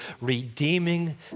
redeeming